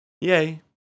Yay